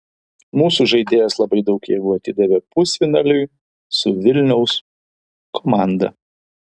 mūsų žaidėjos labai daug jėgų atidavė pusfinaliui su vilniaus komanda